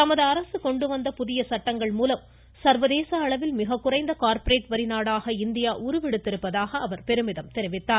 தமது அரசு கொண்டு வந்த புதிய சட்டங்கள் மூலம் சர்வதேச அளவில் மிகக்குறைந்த கார்ப்பரேட் வரி நாடாக இந்தியா உருவெடுத்திருப்பதாக பெருமிதம் தெரிவித்தார்